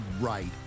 right